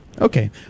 Okay